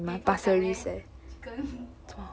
eh 不要这样 leh chicken